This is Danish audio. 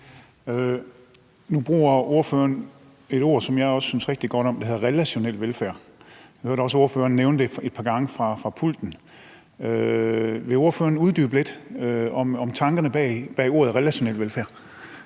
Nu bruger ordføreren et ord, som jeg også synes rigtig godt om, og som hedder relationel velfærd, og jeg hørte også ordføreren nævne det et par gange fra talerpulten. Vil ordføreren uddybe lidt, hvad der er tankerne bag ordet relationel velfærd